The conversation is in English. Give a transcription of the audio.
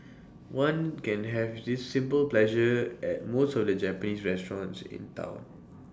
ones can have this simple pleasure at most of the Japanese restaurants in Town